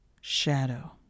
Shadow